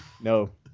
no